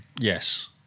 Yes